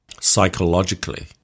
psychologically